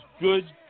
good